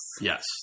Yes